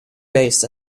based